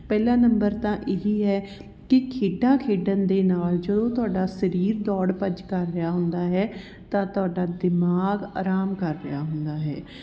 ਪਹਿਲਾ ਨੰਬਰ ਤਾਂ ਇਹੀ ਹੈ ਕਿ ਖੇਡਾਂ ਖੇਡਣ ਦੇ ਨਾਲ ਜਦੋਂ ਤੁਹਾਡਾ ਸਰੀਰ ਦੌੜ ਭੱਜ ਕਰ ਰਿਹਾ ਹੁੰਦਾ ਹੈ ਤਾਂ ਤੁਹਾਡਾ ਦਿਮਾਗ ਅਰਾਮ ਕਰ ਰਿਹਾ ਹੁੰਦਾ ਹੈ